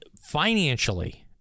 financially